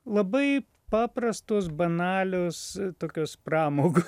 labai paprastos banalios tokios pramogo